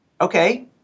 Okay